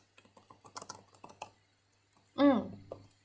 mm